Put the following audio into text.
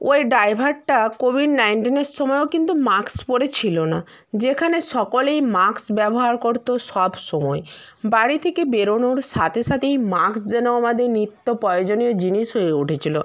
ওই ড্ৰাইভারটা কোভিড নাইনটিনের সময়েও কিন্তু মাস্ক পরেছিলো না যেখানে সকলেই মাস্ক ব্যবহার করতো সব সময় বাড়ি থেকে বেরোনোর সাথে সাথেই মাস্ক যেন আমাদের নিত্য প্রয়োজনীয় জিনিস হয়ে উঠেছিলো